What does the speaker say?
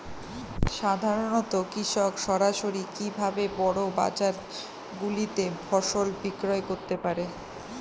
সাধারন কৃষক সরাসরি কি ভাবে বড় বাজার গুলিতে ফসল বিক্রয় করতে পারে?